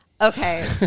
okay